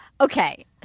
Okay